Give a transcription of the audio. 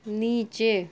نیچے